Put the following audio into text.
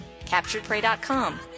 CapturedPrey.com